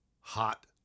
hot